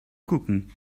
gucken